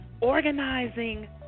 organizing